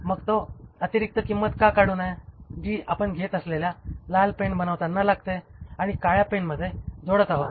मग ती अतिरिक्त किंमत का काढू नये जी आपण घेत असलेल्या लाल पेन बनवताना लागते आणि काळ्या पेनमध्ये जोडत आहोत